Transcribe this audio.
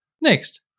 Next